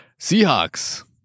Seahawks